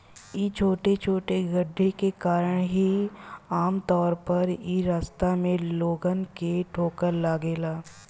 इ छोटे छोटे गड्ढे के कारण ही आमतौर पर इ रास्ता में लोगन के ठोकर लागेला